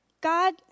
God